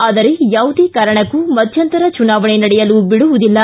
ಆದರೆ ಯಾವುದೇ ಕಾರಣಕ್ಕೂ ಮಧ್ಯಂತರ ಚುನಾವಣೆ ನಡೆಸಲು ಬಿಡುವುದಿಲ್ಲ